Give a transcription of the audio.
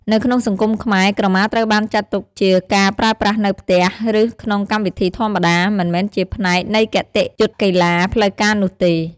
នៅក្នុងសង្គមខ្មែរ ក្រមាត្រូវបានចាត់ទុកជាការប្រើប្រាស់នៅផ្ទះ ឬក្នុងកម្មវិធីធម្មតា មិនមែនជាផ្នែកនៃគតិយុត្តកីឡាផ្លូវការនោះទេ។